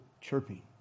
chirping